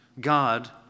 God